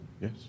Yes